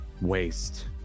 Waste